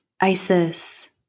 Isis